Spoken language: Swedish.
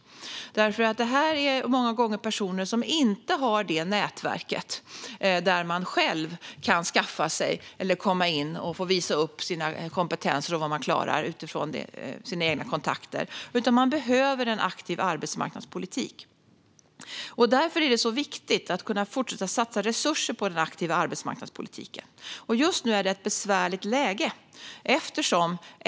Många gånger är det här personer som saknar nätverk och möjlighet att genom egna kontakter visa upp sin kompetens och vad de klarar. Då behövs en aktiv arbetsmarknadspolitik. Därför är det viktigt att kunna fortsätta satsa resurser på den aktiva arbetsmarknadspolitiken. Men just nu har vi ett besvärligt läge.